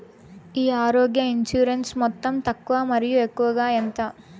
ఈ ఆరోగ్య ఇన్సూరెన్సు మొత్తం తక్కువ మరియు ఎక్కువగా ఎంత?